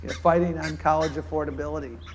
ah fighting on college affordability,